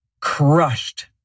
crushed